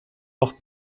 noch